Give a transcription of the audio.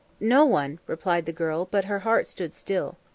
no one, replied the girl, but her heart stood still.